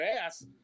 ass